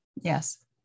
Yes